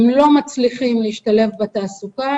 הם לא מצליחים להשתלב בתעסוקה.